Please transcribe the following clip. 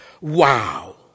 Wow